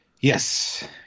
yes